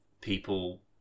people